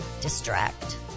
distract